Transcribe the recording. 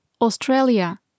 Australia